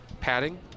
padding